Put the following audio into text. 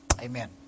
Amen